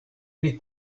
oni